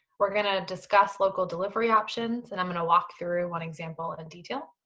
we're gonna discuss local delivery options and i'm gonna walk through one example in detail.